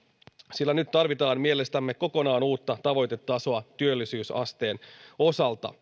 sillä nyt tarvitaan mielestämme kokonaan uutta tavoitetasoa työllisyysasteen osalta